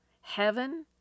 heaven